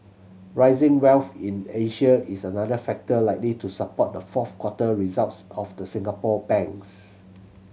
rising wealth in Asia is another factor likely to support the fourth quarter results of the Singapore banks